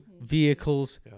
vehicles